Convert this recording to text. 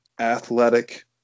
athletic